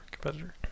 competitor